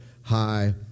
high